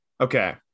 Okay